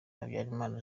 habyarimana